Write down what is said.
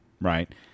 right